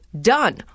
Done